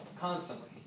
constantly